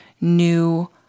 new